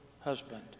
husband